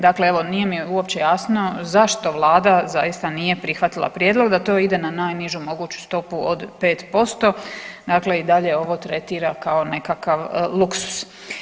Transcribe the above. Dakle, evo nije mi uopće jasno zašto Vlada zaista nije prihvatila prijedlog da to ide na najnižu moguću stopu od 5%, dakle i dalje ovo tretira kao nekakav luksuz.